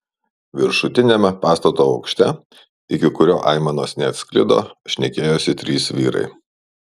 viršutiniame pastato aukšte iki kurio aimanos neatsklido šnekėjosi trys vyrai